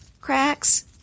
cracks